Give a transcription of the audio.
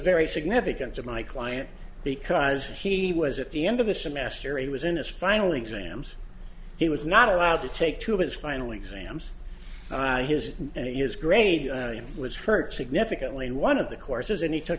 very significant to my client because he was at the end of the semester he was in his final exams he was not allowed to take to his final exams his and his grade was hurt significantly in one of the courses and he took